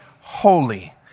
holy